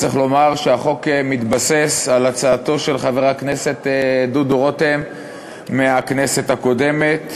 צריך לומר שהחוק מתבסס על הצעתו של חבר הכנסת דודו רותם מהכנסת הקודמת,